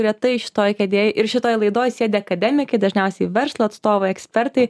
retai šitoj kėdėj ir šitoj laidoj sėdi akademikai dažniausiai verslo atstovai ekspertai